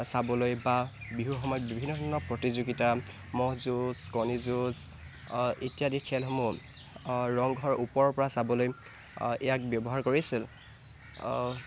চাবলৈ বা বিহুৰ সময়ত বিভিন্ন ধৰনৰ প্ৰতিযোগিতা ম'হ যুঁজ কণী যুঁজ ইত্যাদি খেলসমূহ ৰংঘৰৰ ওপৰৰ পৰা চাবলৈ ইয়াক ব্যৱহাৰ কৰিছিল